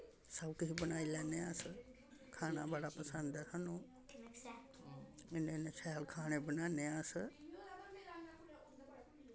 सब्भ किश बनाई लैन्ने अस खाना बड़ा पसंद ऐ सानूं इन्नै इन्नै शैल खाने बनान्ने आं अस